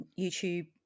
YouTube